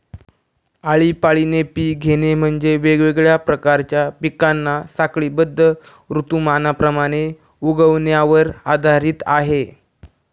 आळीपाळीने पिक घेणे म्हणजे, वेगवेगळ्या प्रकारच्या पिकांना साखळीबद्ध ऋतुमानाप्रमाणे उगवण्यावर आधारित आहे